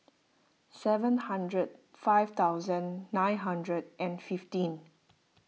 seven hundred five thousand nine hundred and fifteen